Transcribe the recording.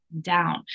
down